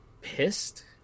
pissed